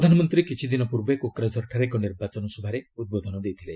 ପ୍ରଧାନମନ୍ତ୍ରୀ କିଛିଦିନ ପୂର୍ବେ କୋକ୍ରାଝରଠାରେ ଏକ ନିର୍ବାଚନ ସଭାରେ ଉଦ୍ବୋଧନ ଦେଇଥିଲେ